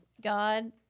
God